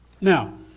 Now